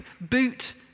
boot